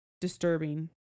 disturbing